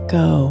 go